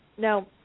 No